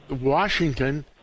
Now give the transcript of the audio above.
Washington